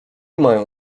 mają